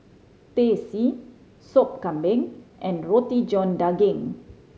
Teh C Sop Kambing and Roti John Daging